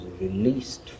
released